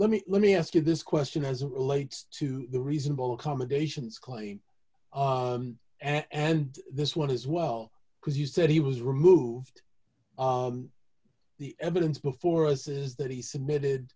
let me let me ask you this question as a relates to the reasonable accommodations claim and this one as well because you said he was removed the evidence before us is that he submitted